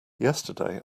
yesterday